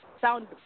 sound